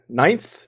ninth